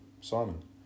Simon